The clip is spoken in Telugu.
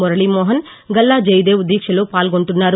మురళీ మోహన్ గల్లా జయదేవ్ దీక్షలో పాల్గొంటున్నారు